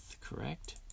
correct